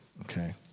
Okay